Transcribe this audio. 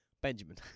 Benjamin